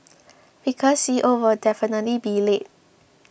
because C O will definitely be late